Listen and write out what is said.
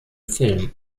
film